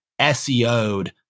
SEO'd